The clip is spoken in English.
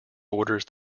borders